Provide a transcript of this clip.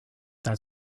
that